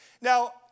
Now